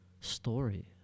story